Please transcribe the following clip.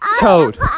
Toad